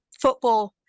football